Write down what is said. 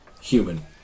Human